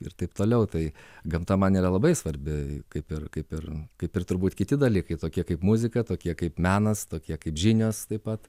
ir taip toliau tai gamta man yra labai svarbi kaip ir kaip ir kaip ir turbūt kiti dalykai tokie kaip muzika tokie kaip menas tokie kaip žinios taip pat